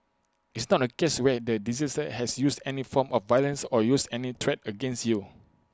it's not A case where the deceased has used any form of violence or used any threat against you